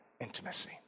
intimacy